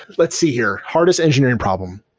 let's see here, hardest engineering problem